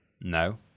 No